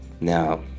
Now